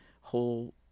whole